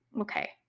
Okay